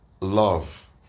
love